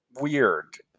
weird